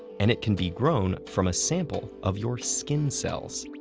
and it can be grown from a sample of your skin cells.